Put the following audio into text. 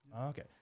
Okay